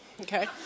okay